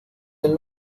del